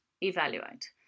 evaluate